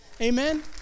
Amen